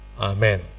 amen